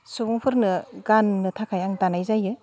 सुबुंफोरनो गाननो थाखाय आं दानाय जायो